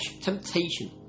temptation